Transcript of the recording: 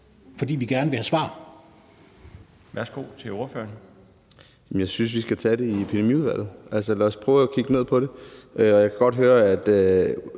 fordi vi gerne vil have svar.